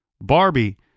Barbie